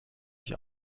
ich